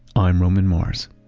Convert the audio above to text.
i'm roman mars.